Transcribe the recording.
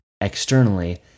externally